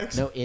no